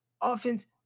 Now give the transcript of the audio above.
offense